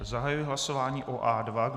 Zahajuji hlasování o A2.